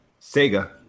Sega